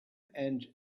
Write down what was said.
and